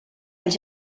als